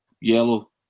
yellow